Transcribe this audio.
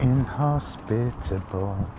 Inhospitable